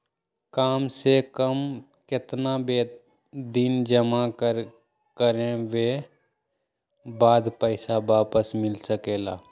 काम से कम केतना दिन जमा करें बे बाद पैसा वापस मिल सकेला?